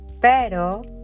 pero